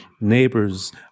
neighbors